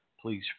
Please